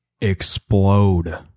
explode